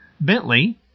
Bentley